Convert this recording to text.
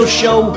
show